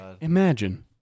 Imagine